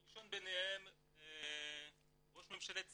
הראשון ביניהם, ראש ממשלת צרפת,